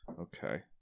Okay